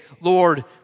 Lord